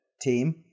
team